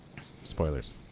Spoilers